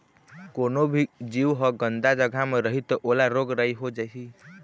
कोनो भी जीव ह गंदा जघा म रही त ओला रोग राई हो जाही